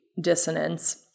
dissonance